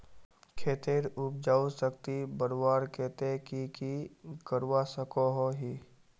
खेतेर उपजाऊ शक्ति बढ़वार केते की की करवा सकोहो ही?